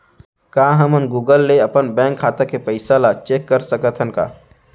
का हमन गूगल ले अपन बैंक खाता के पइसा ला चेक कर सकथन का?